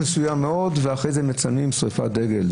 ואחרי זה מצלמים שריפת דגל.